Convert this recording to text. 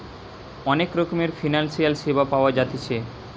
অনেক রকমের ফিনান্সিয়াল সেবা পাওয়া জাতিছে